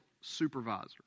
supervisor